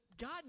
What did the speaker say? God